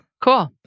Cool